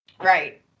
Right